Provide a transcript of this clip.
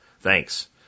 Thanks